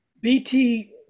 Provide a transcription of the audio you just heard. BT